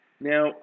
Now